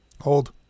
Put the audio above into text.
hold